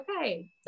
okay